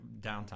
downtime